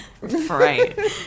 Right